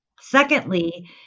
secondly